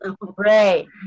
Great